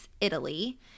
Italy